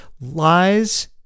Lies